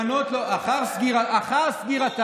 ולמנות לאחר סגירתה,